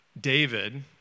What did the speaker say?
David